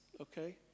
okay